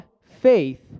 faith